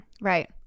Right